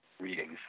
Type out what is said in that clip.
readings